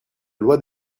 loi